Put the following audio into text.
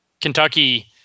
Kentucky